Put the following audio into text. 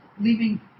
leaving